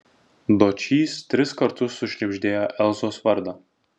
dočys tris kartus sušnibždėjo elzos vardą